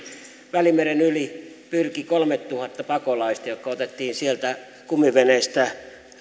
välimeren yli pyrki kolmetuhatta pakolaista jotka otettiin sieltä kumiveneistä